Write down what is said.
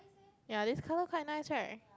ya this colour quite nice right